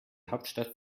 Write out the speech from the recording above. hauptstadt